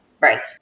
Right